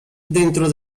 dentro